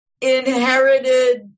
inherited